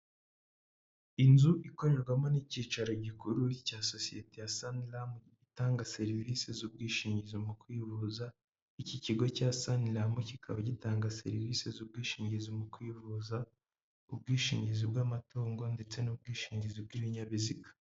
Inzu ikorerwamo n'icyicaro gikuru cya sosiyete ya Sarlam itanga serivisi z'ubwishingizi mu kwivuza, iki kigo cya sarlam kikaba gitanga serivisi z'ubwishingizi mu kwivuza, ubwishingizi bw'amatungo, ndetse n'ubwishingizi bw'ibinyabiziga.